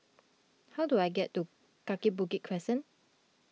how do I get to Kaki Bukit Crescent